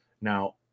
Now